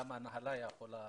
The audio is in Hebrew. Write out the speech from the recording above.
גם ההנהלה יכולה